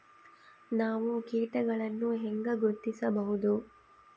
ನಾವು ಕೇಟಗಳನ್ನು ಹೆಂಗ ಗುರ್ತಿಸಬಹುದು?